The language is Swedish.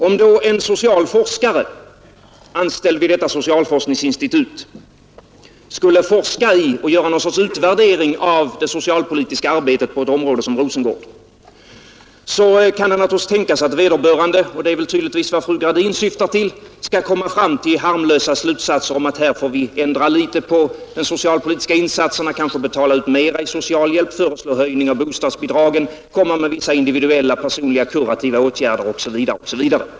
Om då en socialforskare, anställd vid detta socialforskningsinstitut, skulle forska i och göra någon sorts utvärdering av det socialpolitiska arbetet på ett område som Rosengård kan det naturligtvis tänkas att vederbörande — och det är tydligen vad fru Gradin syftar till — kommer fram till harmlösa slutsatser om att här får vi ändra litet på de socialpolitiska insatserna, kanske betala ut mera i socialhjälp, höja bostadsbidragen, vidta vissa individuella kurativa åtgärder osv.